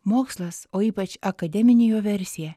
mokslas o ypač akademinė jo versija